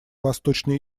восточный